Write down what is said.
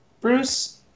Bruce